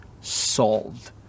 solved